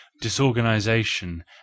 disorganization